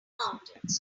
mountains